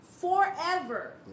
forever